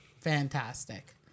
fantastic